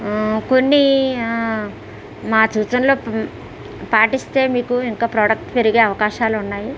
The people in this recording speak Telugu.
కొన్ని ఆ మా సూచనలు పాటిస్తే మీకు ఇంకా ప్రోడక్ట్ పెరిగే అవకాశాలు ఉన్నాయి